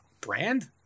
Brand